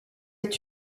est